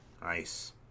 nice